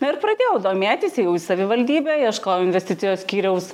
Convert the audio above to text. na ir pradėjau domėtis ėjau įsavivaldybę ieškojau investicijos skyriaus